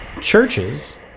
Churches